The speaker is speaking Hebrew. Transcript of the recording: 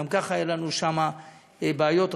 גם ככה היו לנו שם בעיות רבות.